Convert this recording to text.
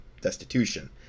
destitution